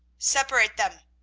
separate them,